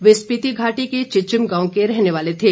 वे स्पिति घाटी के चिचिम गांव के रहने वाले थे